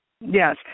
Yes